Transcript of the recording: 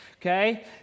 okay